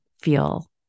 feel